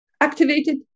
activated